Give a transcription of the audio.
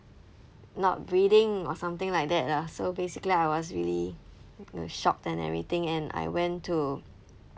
not breathing or something like that lah so basically I was really uh shocked and everything and I went to